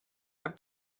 have